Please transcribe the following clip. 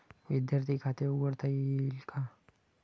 विद्यार्थी खाते उघडता येईल का?